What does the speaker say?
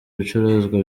ibicuruzwa